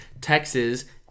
Texas